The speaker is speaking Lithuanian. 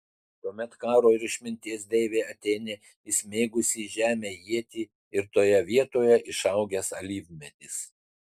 tuomet karo ir išminties deivė atėnė įsmeigusi į žemę ietį ir toje vietoje išaugęs alyvmedis